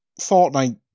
Fortnite